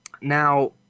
Now